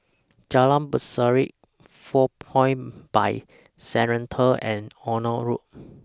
Jalan Berseri four Points By Sheraton and Onan Road